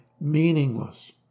meaningless